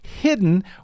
hidden